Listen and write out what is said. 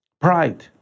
Pride